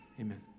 Amen